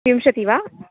विंशतिः वा